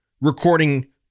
recording